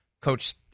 coach